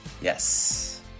Yes